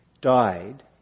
died